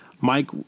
Mike